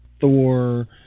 Thor